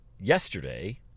yesterday